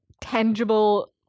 tangible